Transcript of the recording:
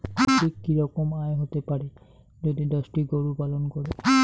মাসিক কি রকম আয় হতে পারে যদি দশটি গরু পালন করি?